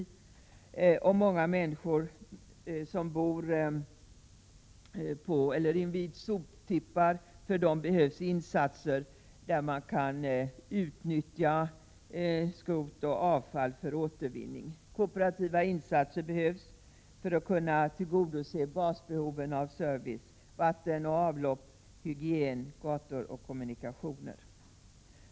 För de många människor som bor på eller invid soptippar behövs insatser för att man skall kunna utnyttja skrot och annat avfall för återvinning. Kooperativa insatser behövs för att kunna tillgodose basbehoven av service: vatten och avlopp, hygien, gator och kommunikationer.